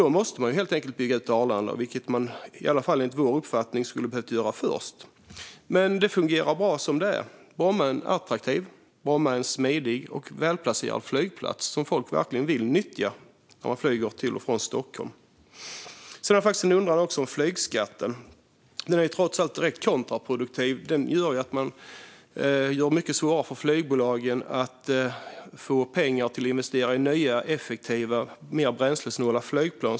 Då måste man helt enkelt bygga ut Arlanda, vilket man enligt vår uppfattning skulle ha behövt göra först. Men det fungerar bra som det är. Bromma är en attraktiv, smidig och välplacerad flygplats som folk verkligen vill nyttja när man flyger till och från Stockholm. Sedan har jag en fråga om flygskatten. Den är trots allt direkt kontraproduktiv. Den gör det mycket svårare för flygbolagen att ha pengar för att investera i nya, effektiva och mer bränslesnåla flygplan.